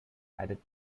added